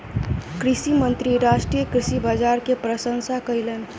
कृषि मंत्री राष्ट्रीय कृषि बाजार के प्रशंसा कयलैन